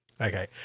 Okay